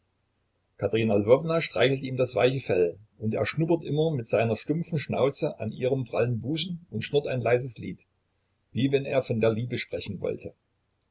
lwowna streichelt ihm das weiche fell und er schnuppert immer mit seiner stumpfen schnauze an ihrem prallen busen und schnurrt ein leises lied wie wenn er von der liebe sprechen wollte